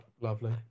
lovely